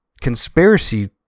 conspiracy